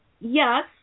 yes